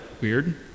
weird